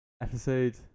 episode